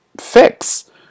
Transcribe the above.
fix